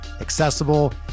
accessible